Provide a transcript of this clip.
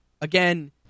again